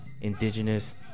indigenous